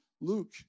Luke